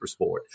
Supersport